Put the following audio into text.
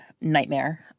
nightmare